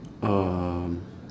um